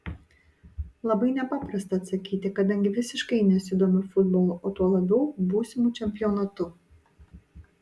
labai nepaprasta atsakyti kadangi visiškai nesidomiu futbolu o tuo labiau būsimu čempionatu